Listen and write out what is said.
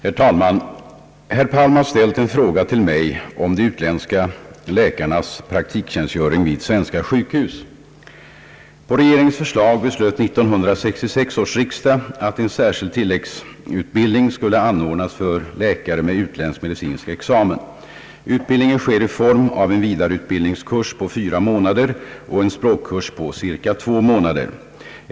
Herr talman! Herr Palm har ställt en fråga till mig om de utländska läkarnas praktiktjänstgöring vid svenska sjukhus. På regeringens förslag beslöt 1966 års riksdag att en särskild tilläggsutbildning skulle anordnas för läkare med utländsk medicinsk examen. Utbildningen sker i form av en vidareutbildningskurs på fyra månader och en språkkurs på ca två månader.